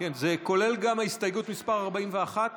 זה כולל גם הסתייגות מס' 41?